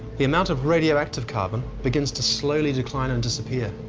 the amount of radioactive carbon begins to slowly decline and disappear.